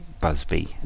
Busby